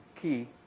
key